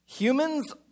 Humans